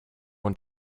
want